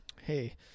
hey